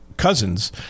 Cousins